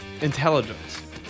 Intelligence